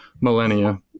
millennia